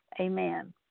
amen